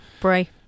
Bray